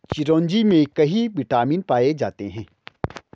चिरोंजी में कई विटामिन पाए जाते हैं